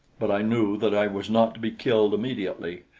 but i knew that i was not to be killed immediately,